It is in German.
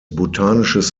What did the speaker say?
botanisches